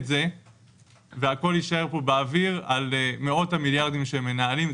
זה והכול יישאר פה באוויר על מאות המיליארדים שהם מנהלים,